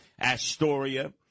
Astoria